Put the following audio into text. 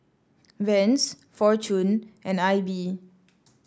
Vans Fortune and I B